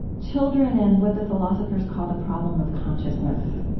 children and what the philosophers call the problem of consciousness.